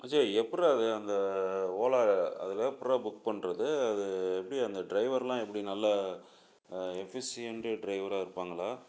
விஜய் எப்பிட்றா அது அந்த ஓலா அதில் எப்பிட்றா புக் பண்ணுறது அது எப்படி அந்த ட்ரைவர்லாம் எப்படி நல்ல எஃபிஸியண்ட்டு ட்ரைவராக இருப்பாங்களா